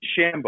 Shambo